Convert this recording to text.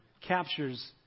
captures